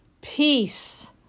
peace